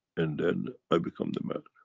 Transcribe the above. and then i become the man.